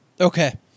Okay